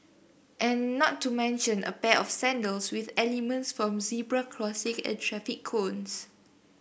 and not to mention a pair of sandals with elements from zebra crossing and traffic cones